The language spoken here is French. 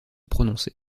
prononcer